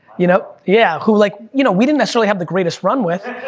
you know yeah, who like, you know we didn't necessarily have the greatest run with,